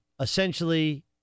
essentially